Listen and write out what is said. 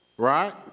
Right